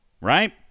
Right